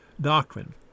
doctrine